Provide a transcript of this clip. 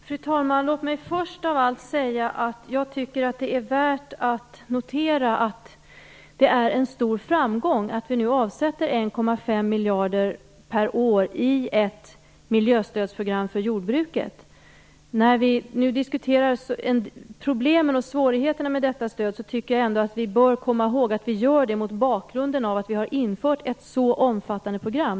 Fru talman! Låt mig först av allt säga att jag tycker att det är värt att notera att det är en stor framgång att vi nu avsätter 1,5 miljarder per år i ett miljöstödsprogram för jordbruket. När vi nu diskuterar problemen och svårigheterna med detta stöd tycker jag ändå att vi bör komma ihåg att vi gör det mot bakgrund av att vi har infört ett så omfattande program.